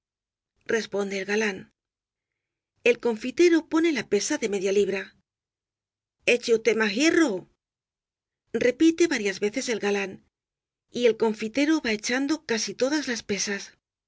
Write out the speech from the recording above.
responde el galán el confitero pone la pesa de media libra eche usted nías ji erro repite varias veces el galán y el confitero va echando casi todas las pe